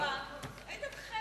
כאשר אתה מדבר על החורבן, הייתם חלק